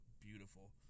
beautiful